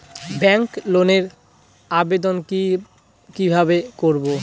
Bank লোনের আবেদন কি কিভাবে করব?